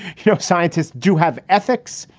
you know, scientists do have ethics.